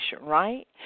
right